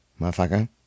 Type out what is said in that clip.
motherfucker